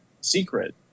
secret